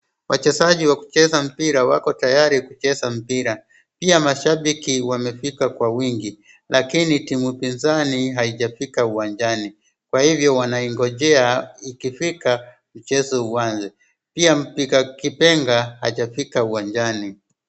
Wachezaji wa kucheza mpira wako tayari kucheza mpira. Pia mashabiki wamefika kwa wingi lakini timu pinzani haijafika uwanjani kwa hivyo wanaigonjea ikifika mchezo uanze. Pia mpiga kipenga haijafika uwanjani.